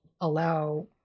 allow